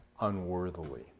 unworthily